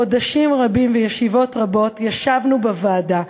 חודשים רבים וישיבות רבות ישבנו בוועדה.